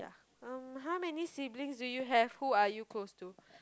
um how many siblings do you have who are you close to